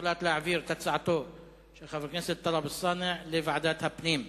הוחלט להעביר את הצעתו של חבר הכנסת טלב אלסאנע לוועדת הפנים.